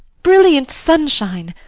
brilliant sunshine!